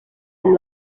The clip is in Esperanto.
dum